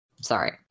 Sorry